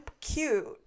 cute